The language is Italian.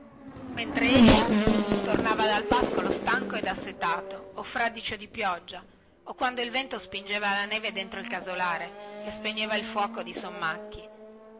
mentre egli tornava dal pascolo stanco ed assetato o fradicio di pioggia o quando il vento spingeva la neve dentro il casolare e spegneva il fuoco di